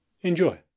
enjoy